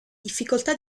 difficoltà